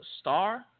star